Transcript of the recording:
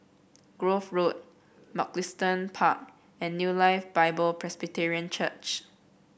Grove Road Mugliston Park and New Life Bible Presbyterian Church